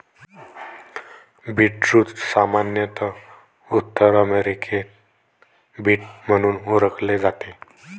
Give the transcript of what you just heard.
beetroot सामान्यत उत्तर अमेरिकेत बीट म्हणून ओळखले जाते